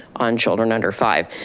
on children under five.